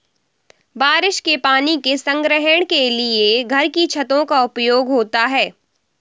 बारिश के पानी के संग्रहण के लिए घर की छतों का उपयोग होता है